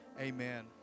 Amen